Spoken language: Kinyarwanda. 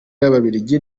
y’ababiligi